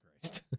Christ